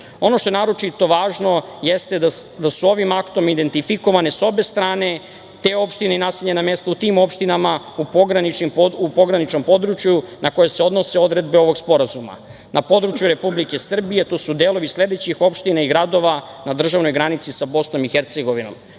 što naročito važno jeste da su ovim aktom identifikovane sa obe strane, te opštine i naseljena mesta u tim opštinama u pograničnom području na koje se odnose odredbe ovog sporazuma. Na području Republike Srbije to su delovi sledećih opština i gradova na državnoj granici sa BiH: Šid,